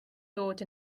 dod